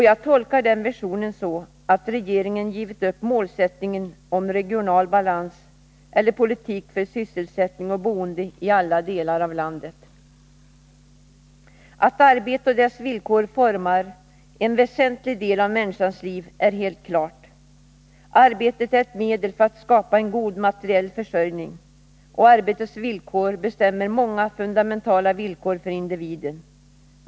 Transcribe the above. Jag tolkar den versionen så, att regeringen givit upp målsättningen om regional balans eller politik för sysselsättning och boende i alla delar av landet. Att arbetet och dess villkor formar en väsentlig del av människans liv är helt klart. Arbetet är ett medel för att skapa en god materiell försörjning. Arbetets villkor bestämmer många fundamentala villkor för individen.